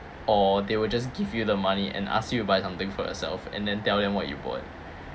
or they will just give you the money and ask you buy something for yourself and then tell them what you bought